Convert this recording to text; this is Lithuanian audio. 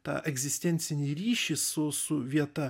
tą egzistencinį ryšį su su vieta